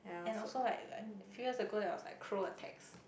and also like like few years ago they was like crow attacks